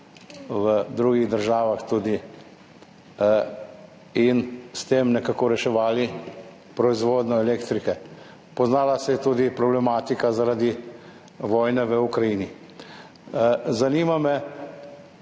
v drugih državah, in s tem nekako reševali proizvodnjo elektrike. Poznala se je tudi problematika zaradi vojne v Ukrajini. Zanima me: